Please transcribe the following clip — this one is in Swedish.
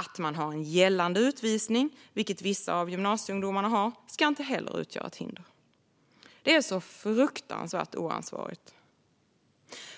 Att man har en gällande utvisning, vilket vissa av gymnasieungdomarna har, ska inte heller utgöra ett hinder. Det är så fruktansvärt oansvarigt.